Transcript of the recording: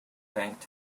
bank